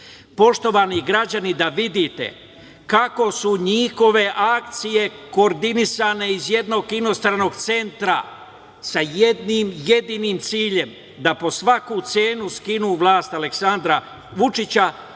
Poštovani građani, da vidite kako su njihove akcije koordinisane iz jednog inostranog centra, sa jednim jedinim ciljem - da po svaku cenu skinu vlast Aleksandra Vučića